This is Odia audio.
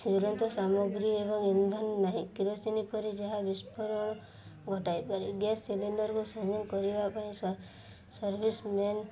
ଜ୍ୱଳନ୍ତ ସାମଗ୍ରୀ ଏବଂ ଇନ୍ଧନ ନାହିଁ କିରୋସିନି ପରେ ଯାହା ବିସ୍ଫୋରଣ ଘଟାଇ ପାରେ ଗ୍ୟାସ୍ ସିଲିଣ୍ଡରକୁ ସଂୟୋଗ କରିବା ପାଇଁ ସର୍ଭିସମ୍ୟାନ୍